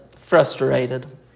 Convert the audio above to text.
frustrated